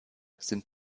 sind